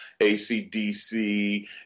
ACDC